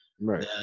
Right